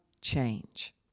change